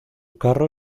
carro